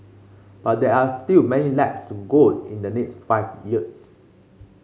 but there are still many laps to go in the next five years